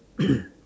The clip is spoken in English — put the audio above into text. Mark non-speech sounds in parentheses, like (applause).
(coughs)